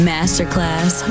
Masterclass